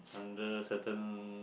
under certain